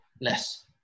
less